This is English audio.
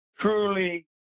truly